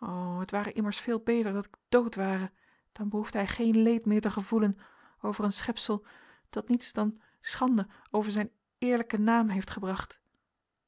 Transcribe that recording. o het ware immers veel beter dat ik dood ware dan behoefde hij geen leed meer te gevoelen over een schepsel dat niets dan schande over zijn eerlijken naam heeft gebracht